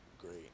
great